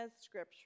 scripture